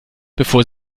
bevor